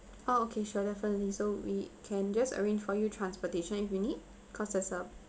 oh okay sure definitely so we can just arrange for you transportation if you need cause there's a